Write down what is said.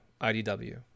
IDW